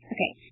Okay